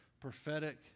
prophetic